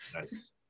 nice